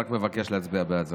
רק מבקש להצביע בעד,